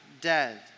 dead